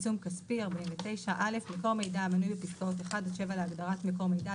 49.עיצום כספי מקור מידע המנוי בפסקאות (1) עד (7) להגדרת "מקור מידע",